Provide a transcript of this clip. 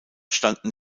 standen